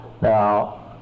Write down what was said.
Now